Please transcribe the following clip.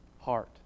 heart